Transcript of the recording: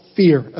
fear